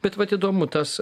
bet vat įdomu tas